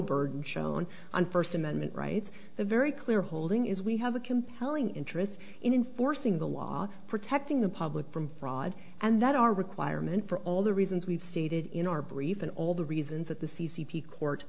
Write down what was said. burden shown on first amendment rights the very clear holding is we have a compelling interest in enforcing the law protecting the public from fraud and that our requirement for all the reasons we've stated in our brief and all the reasons that the c c p court